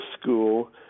school